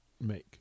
make